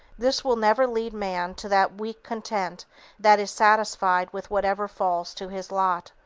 this will never lead man to that weak content that is satisfied with whatever falls to his lot.